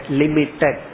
limited